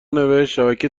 نوشتشبکه